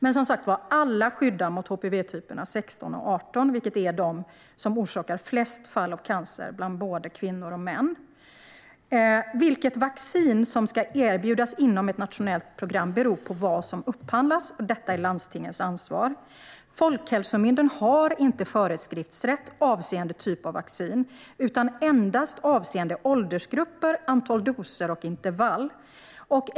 Men alla skyddar som sagt mot HPV-typerna 16 och 18, som orsakar flest fall av cancer bland både kvinnor och män. Vilket vaccin som ska erbjudas inom ett nationellt program beror på vad som upphandlas, och det är landstingens ansvar. Folkhälsomyndigheten har inte föreskriftsrätt avseende typ av vaccin utan endast avseende åldersgrupper, antal doser och intervall.